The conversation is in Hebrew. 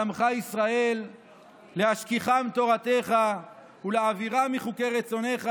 עמך ישראל להשכיחם תורתך ולהעבירם מחוקי רצונך,